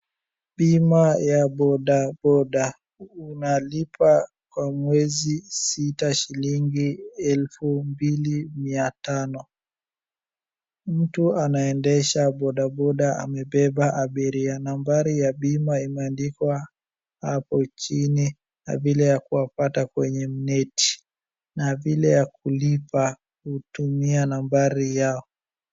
Bima ya boda boda, unalipa kwa mwezi sita, shilingi elfu mbili mia tano. Mtu anaendesha boda boda amebeba abiria. Nambari ya bima imeandikwa hapo chini na vile ya kuwapata kwenye mneti na vile ya kuwalipa kutumia nambari yao.